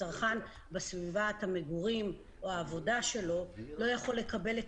כשצרכן בסביבת המגורים או העבודה שלו לא יכול לקבל את